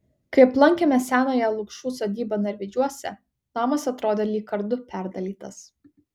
kai aplankėme senąją lukšų sodybą narvydžiuose namas atrodė lyg kardu perdalytas